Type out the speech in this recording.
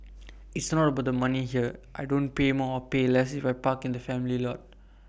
it's not about the money here I don't pay more or pay less if I park in the family lot